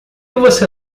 você